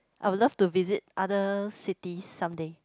I would love to visit other cities some day